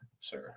sir